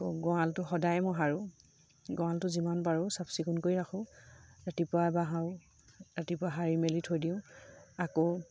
আকৌ গঁৰালটো সদায়ে মই সাৰোঁ গঁৰালটো যিমান পাৰোঁ চাফ চিকুণকৈ ৰাখোঁ ৰাতিপুৱাই এবাৰ সাৰোঁ ৰাতিপুৱা সাৰি মেলি থৈ দিওঁ আকৌ